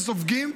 וסופגים?